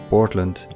Portland